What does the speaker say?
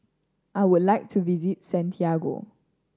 I would like to visit Santiago